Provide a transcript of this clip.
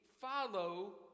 follow